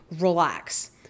relax